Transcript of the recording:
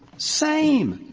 same.